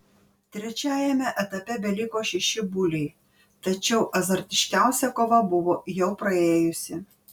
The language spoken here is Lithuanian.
trečiajame etape beliko šeši buliai tačiau azartiškiausia kova buvo jau praėjusi